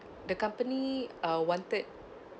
the company uh wanted